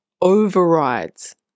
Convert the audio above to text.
overrides